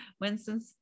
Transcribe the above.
Winston